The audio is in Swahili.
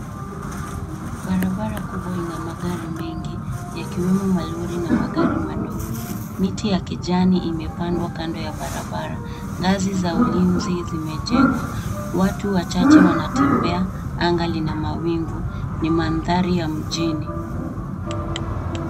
Barabara kubwa ina magari mengi, yakiwemo malori na magari madogo. Miti ya kijani imepandwa kando ya barabara. Ngazi za ulinzi zimejengwa. Watu wachache wanatembea. Anga lina mawingu. Ni mandhari ya mjini.